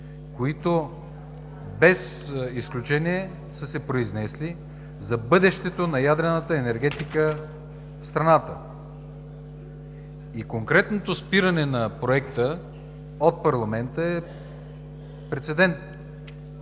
които без изключение са се произнесли за бъдещето на ядрената енергетика в страната и конкретното спиране на проекта от парламента е прецедент